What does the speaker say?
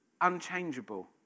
unchangeable